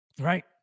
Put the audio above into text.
right